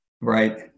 Right